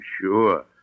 Sure